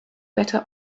better